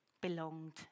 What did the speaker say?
belonged